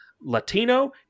Latino